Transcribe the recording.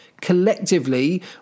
Collectively